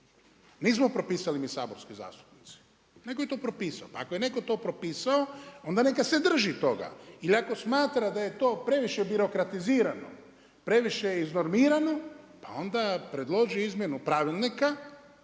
Nismo propisali mi saborski zastupnici. Netko je to propisao. Pa ako je netko to propisao, onda neka se drži toga. Ili ako smatra da je to previše birokratizirano, previše iz normirano, pa onda predloži izmjenu, pravilnika